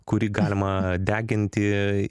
kurį galima deginti